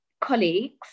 colleagues